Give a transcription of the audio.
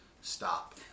stop